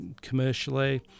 commercially